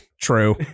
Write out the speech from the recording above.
True